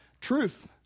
Truth